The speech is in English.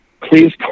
please